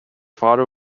father